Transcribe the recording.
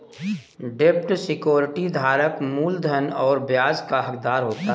डेब्ट सिक्योरिटी धारक मूलधन और ब्याज का हक़दार होता है